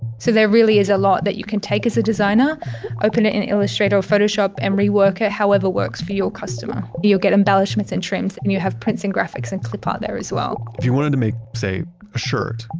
so there really is a lot that you can take as a designer open it in illustrator or photoshop and rework it however works for your customer. you'll get embellishments and trims and you have prints and graphics, and clip art there as well. if you wanted to make say, a shirt,